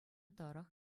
тӑрӑх